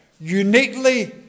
uniquely